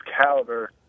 caliber